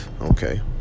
Okay